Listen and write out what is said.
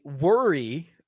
worry